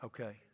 Okay